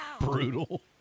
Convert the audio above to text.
Brutal